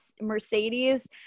Mercedes